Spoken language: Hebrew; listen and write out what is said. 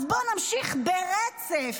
אז בואו נמשיך ברצף.